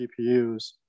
gpus